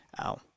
ow